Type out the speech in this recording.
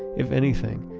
if anything,